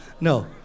No